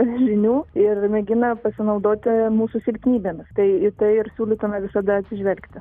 žinių ir mėgina pasinaudoti mūsų silpnybėmis tai į tai ir siūlytina visada atsižvelgti